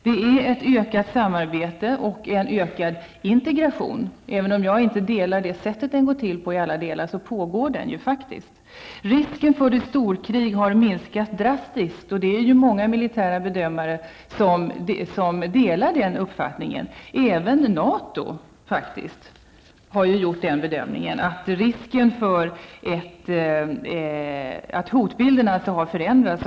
Det finns ett ökat samarbete och en ökad integration. Även om jag inte alltid uppskattar det sätt på vilket den går till, så pågår det ju en integration. Risken för ett storkrig har minskat drastiskt. Många militära bedömare delar den uppfattningen. Även inom NATO har man gjort den bedömningen att hotbilden har förändrats.